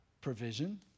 provision